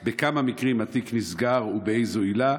2. בכמה מקרים התיק נסגר ובאיזו עילה?